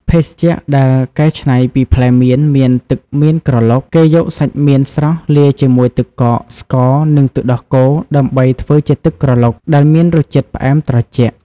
ភេសជ្ជៈដែលកែច្នៃពីផ្លែមៀនមាន ទឹកមៀនក្រឡុក គេយកសាច់មៀនស្រស់លាយជាមួយទឹកកក ស្ករ និងទឹកដោះគោដើម្បីធ្វើជាទឹកក្រឡុកដែលមានរសជាតិផ្អែមត្រជាក់។